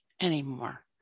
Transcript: anymore